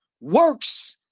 works